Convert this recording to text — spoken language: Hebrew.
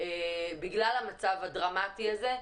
בגלל המצב הדרמטי הזה,